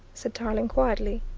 said tarling quietly.